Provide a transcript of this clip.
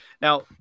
Now